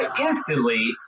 instantly